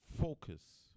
focus